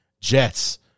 Jets